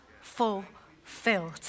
fulfilled